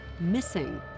missing